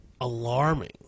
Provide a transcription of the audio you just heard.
alarming